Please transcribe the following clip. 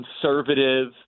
conservative